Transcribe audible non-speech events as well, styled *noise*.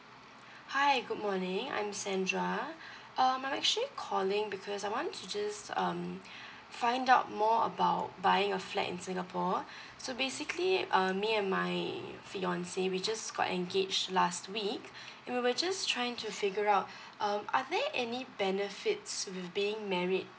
hi good morning I'm sandra um I'm actually calling because I want to just um *breath* find out more about buying a flat in singapore *breath* so basically uh me and my fiance we just got engage last week we were just trying to figure out um are there any benefits with being married